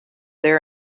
there